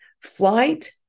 flight